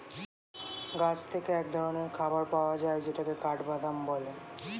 গাছ থেকে এক ধরনের খাবার পাওয়া যায় যেটাকে কাঠবাদাম বলে